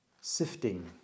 sifting